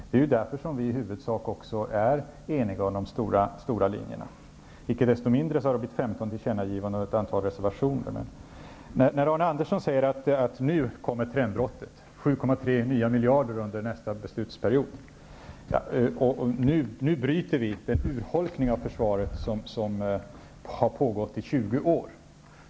Det är också därför som vi i huvudsak är eniga om de stora linjerna. Icke desto mindre har det avgivits 15 tillkännagivanden och ett antal reservationer. Arne Andersson säger: Nu kommer trendbrottet. Det blir 7,3 nya miljarder under nästa beslutsperiod. Nu bryter vi den urholkning av försvaret som har pågått i 20 år.